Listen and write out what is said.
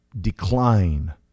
decline